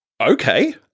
Okay